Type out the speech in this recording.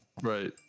Right